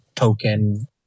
token